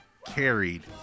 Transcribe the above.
carried